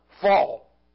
fall